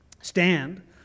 Stand